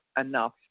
enough